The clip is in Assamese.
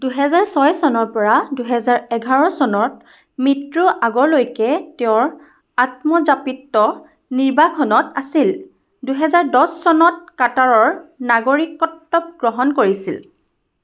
দুহেজাৰ ছয় চনৰ পৰা দুহেজাৰ এঘাৰ চনত মৃত্যুৰ আগলৈকে তেওঁৰ আত্মজাপিত নিৰ্বাসনত আছিল দুহেজাৰ দহ চনত কাটাৰৰ নাগৰিকত্ব গ্ৰহণ কৰিছিল